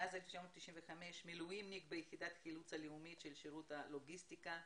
מאז 1995 מילואימניק ביחידת החילוץ הלאומית של שירות הלוגיסטיקה.